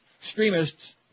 Extremists